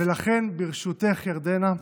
ולכן, ברשותך, ירדנה,